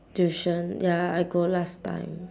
tuition ya I go last time